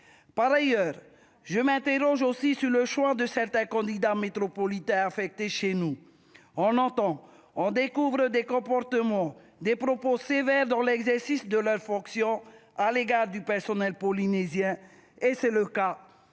par ailleurs, je m'interroge aussi sur le choix de certains candidats métropolitains affectés chez nous, on entend, on découvre des comportements des propos sévères dans l'exercice de la fonction à l'égard du personnel polynésien et c'est le cas